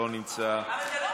לא נמצא.